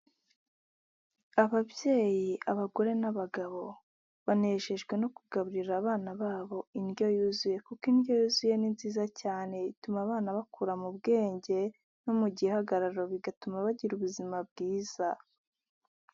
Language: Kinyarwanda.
ababyeyi, abagore n'abagabo, banejejwe no kugaburira abana babo indyo yuzuye, kuko indyo yuzuye ni nziza cyane ituma abana bakura mu bwenge no mu gihagararo, bigatuma bagira ubuzima bwiza.